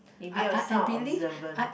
maybe I was not observant